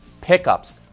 Pickups